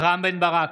רם בן ברק,